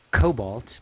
cobalt